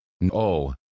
No